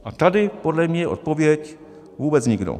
A tady podle mě je odpověď: vůbec nikdo.